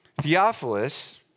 Theophilus